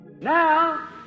Now